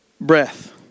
breath